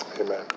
Amen